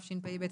התשפ"ב-2022.